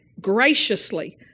Graciously